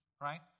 right